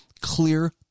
clear